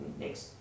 next